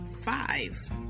five